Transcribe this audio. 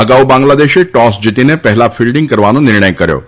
અગાઉ બાંગ્લાદેશે ટોસ જીતીને પહેલા ફિલ્ડિંગ કરવાનો નિર્ણય કર્યો હતો